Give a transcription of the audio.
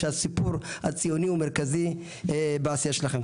שהסיפור הציוני הוא מרכזי בעשייה שלכם.